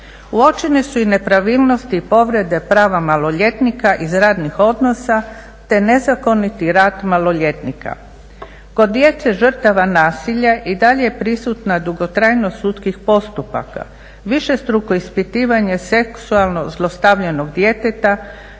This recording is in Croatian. Uočene su i nepravilnosti i povrede prava maloljetnika iz radnih odnosa, te nezakoniti rad maloljetnika. Kod djece žrtava nasilja i dalje je prisutna dugotrajnost sudskih postupaka, višestruko ispitivanje seksualno zlostavljanog djeteta,